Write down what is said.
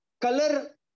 color